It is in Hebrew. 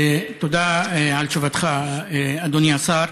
תודה על תשובתך, אדוני השר.